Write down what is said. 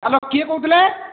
hello କିଏ କହୁଥିଲେ